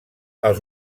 els